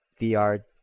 VR